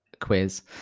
quiz